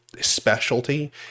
specialty